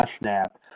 snap